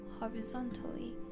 horizontally